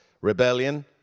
Rebellion